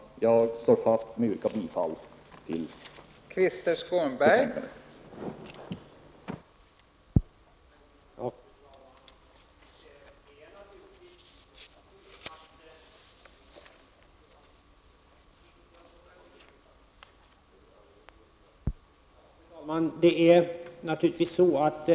Jag står fast vid mitt yrkande om bifall till hemställan i betänkandet.